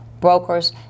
brokers